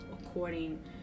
according